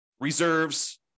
reserves